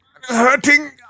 Hurting